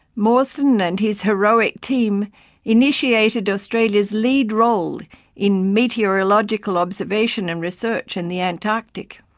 mawson and his heroic team initiated australia's lead role in meteorological observation and research in the antarctic.